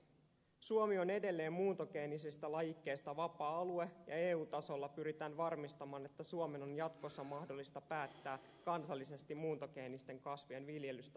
suomi on edelleen muuntogeenisistä lajikkeista vapaa alue ja eu tasolla pyritään varmistamaan että suomen on jatkossa mahdollista päättää kansallisesti muuntogeenisten kasvien viljelystä alueellaan